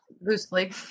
loosely